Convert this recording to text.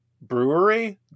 brewery